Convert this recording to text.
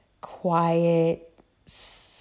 quiet